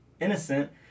innocent